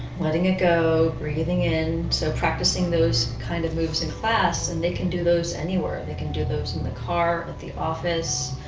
letting it go, breathing in. so practicing those kind of moves in class and they can do those anywhere. they can do those in the car, at the office,